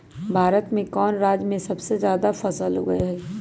भारत में कौन राज में सबसे जादा फसल उगई छई?